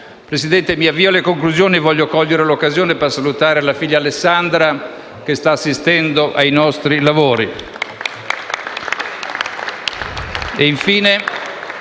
Presidente, nell'avviarmi alla conclusione voglio cogliere l'occasione per salutare la figlia Alessandra, che sta assistendo ai nostri lavori